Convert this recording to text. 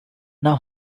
now